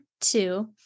two